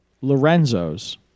Lorenzo's